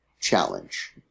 challenge